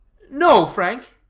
no, frank.